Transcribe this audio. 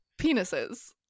penises